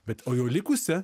bet o jau likusią